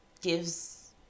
gives